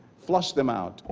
flush them out.